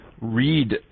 read